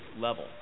level